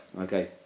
okay